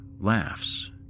laughs